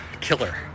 killer